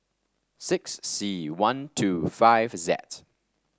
six C one two five Z